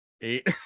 eight